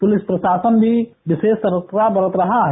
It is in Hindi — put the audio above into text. पुलिस प्रशासन भी विशेष सतर्कता बरत रहा है